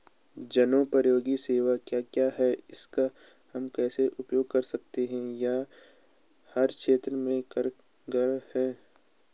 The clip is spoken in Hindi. जनोपयोगी सेवाएं क्या क्या हैं इसको हम कैसे उपयोग कर सकते हैं क्या यह हर क्षेत्र में कारगर है?